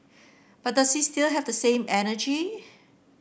but does he still have the same energy